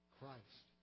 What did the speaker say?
Christ